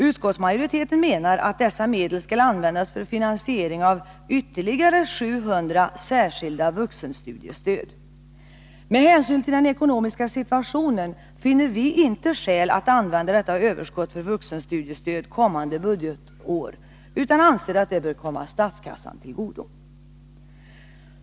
Utskottsmajoriteten menar att dessa medel skall användas för finansiering av ytterligare 700 särskilda vuxenstudiestöd. Med hänsyn till den ekonomiska situationen finner vi moderater inte skäl att använda detta överskott för vuxenstudiestöd kommande budgetår utan anser att det bör komma statskassan till godo.